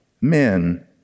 men